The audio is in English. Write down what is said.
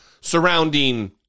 surrounding